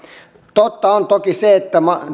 totta on toki se että